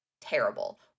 terrible